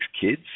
kids